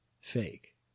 Fake